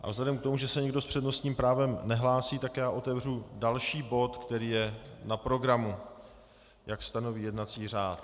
A vzhledem k tomu, že se nikdo s přednostním právem nehlásí, tak otevřu další bod, který je na programu, jak stanoví jednací řád.